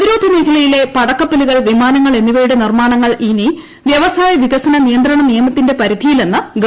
പ്രതിരോധ മേഖ്ല്യിലെ പടക്കപ്പലുകൾ വിമാനങ്ങൾ ന് എന്നിവയുടെ നിർമ്മാണങ്ങൾ ഇനി വൃവസായ വികസന നിയന്ത്രണ നിയമത്തിന്റെ പരിധിയിലെന്ന് ഗവൺമെന്റ്